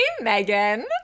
Megan